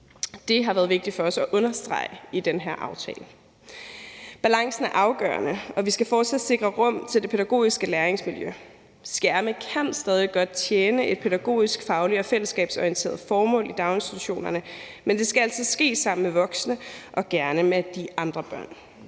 Det har været vigtigt for os at understrege i den her aftale. Balancen er afgørende, og vi skal fortsat sikre rum til det pædagogiske læringsmiljø. Skærme kan stadig godt tjene et pædagogisk, fagligt og fællesskabsorienteret formål i daginstitutionerne, men det skal altid ske sammen med voksne og gerne med de andre børn.